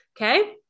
okay